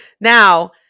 now